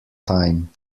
time